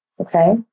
Okay